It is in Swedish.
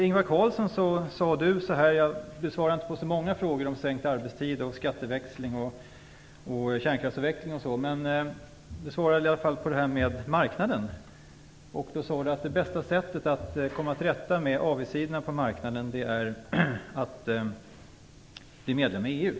Ingvar Carlsson svarade inte på så många frågor om sänkt arbetstid, skatteväxling och kärnkraftsavveckling. Men han svarade i alla fall på detta med marknaden. Han sade då att det bästa sättet att komma till rätta med avigsidorna på marknaden är att bli medlem i EU.